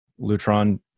Lutron